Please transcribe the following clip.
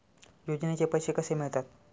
योजनेचे पैसे कसे मिळतात?